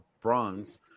bronze